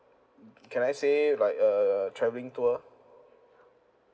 can I say like uh travelling tour